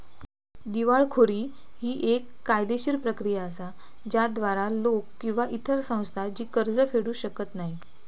दिवाळखोरी ही येक कायदेशीर प्रक्रिया असा ज्याद्वारा लोक किंवा इतर संस्था जी कर्ज फेडू शकत नाही